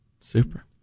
Super